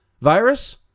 virus